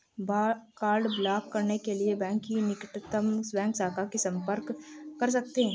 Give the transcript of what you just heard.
card block करने के लिए बैंक की निकटतम बैंक शाखा से संपर्क कर सकते है